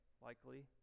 likely